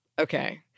Okay